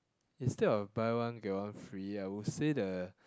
instead of buy one get one free I would say the